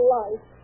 life